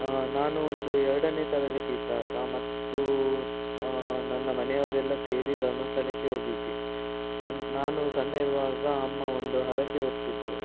ನಾನು ಒಂದು ಎರಡನೇ ತರಗತಿ ಇದ್ದಾಗ ಮತ್ತು ನನ್ನ ಮನೆಯವರೆಲ್ಲ ಸೇರಿ ಧರ್ಮಸ್ಥಳಕ್ಕೆ ಹೋಗಿದ್ವಿ ನನ್ನ ನಾನು ಸಣ್ಣ ಇರುವಾಗ ಅಮ್ಮ ಒಂದು ಹರಕೆ ಹೊತ್ತಿದ್ಲು